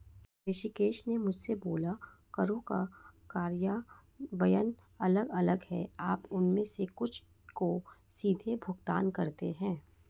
ऋषिकेश ने मुझसे बोला करों का कार्यान्वयन अलग अलग है आप उनमें से कुछ को सीधे भुगतान करते हैं